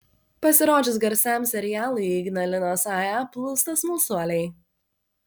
pasirodžius garsiam serialui į ignalinos ae plūsta smalsuoliai